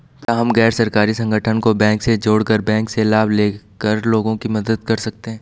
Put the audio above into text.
क्या हम गैर सरकारी संगठन को बैंक से जोड़ कर बैंक से लाभ ले कर लोगों की मदद कर सकते हैं?